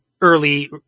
early